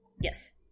Yes